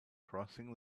crossing